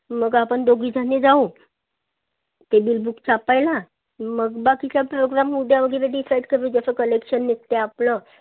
मग आपण दोघी जणी जाऊ ते बिलबुक छापायला मग बाकीचा प्रोग्राम उद्या वगैरे डिसाईड करू जसं कलेक्शन निघत आहे आपलं